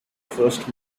first